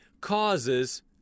causes